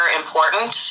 important